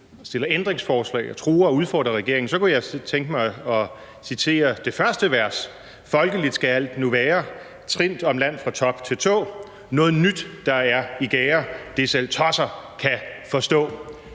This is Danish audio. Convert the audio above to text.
at stille ændringsforslag og true og udfordre regeringen – så kunne jeg tænke mig at citere det første vers: »Folkeligt skal alt nu være/trindt om land fra top til tå,/noget nyt der er i gære,/det selv tosser kan forstå;«